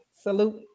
salute